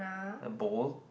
the bowl